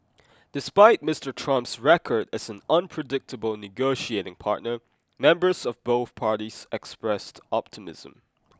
despite Mister Trump's record as an unpredictable negotiating partner members of both parties expressed optimism